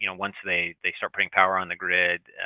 you know once they they start putting power on the grid